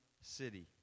city